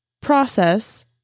process